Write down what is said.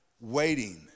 waiting